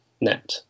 net